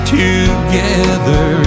together